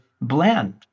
blend